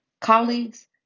Colleagues